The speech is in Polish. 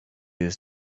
jest